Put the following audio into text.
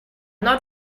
not